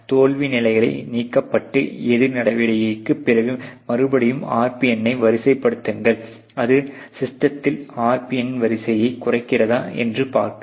தோல்வி நிலைகள் நீக்கப்பட்டு எதிர் நடவடிக்கைக்கு பிறகு மறுபடியும் RPN யை வரிசைப்படுத்துங்கள் அது சிஸ்டத்தில் RPN வரிசை குறைகிறதா என்று பார்க்கவும்